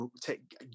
take